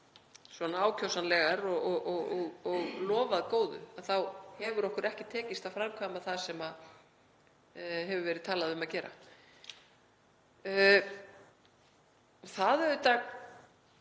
verið ákjósanlegar og lofað góðu þá hefur okkur ekki tekist að framkvæma það sem hefur verið talað um að gera. Það auðvitað